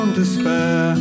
despair